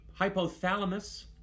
hypothalamus